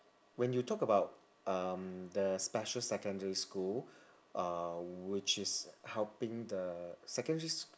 when you talk about um the special secondary school uh which is helping the secondary s~